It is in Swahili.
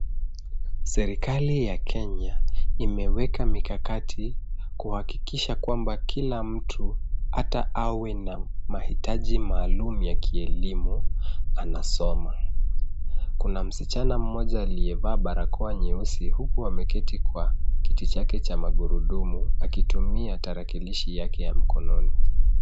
Serikali ya Kenya imeweka mikakati, kuhakikisha kwamba kila mtu hata awe na mahitaji maalumu ya kielimu, anasoma. Kuna msichana mmoja aliyevaa barakoa nyeusi, huku ameketi kwa kiti chake cha magurudumu, akitumia tarakilishi yake ya mkononi.